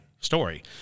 story